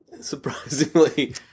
surprisingly